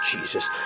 Jesus